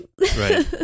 Right